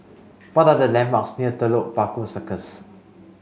what are the landmarks near Telok Paku Circus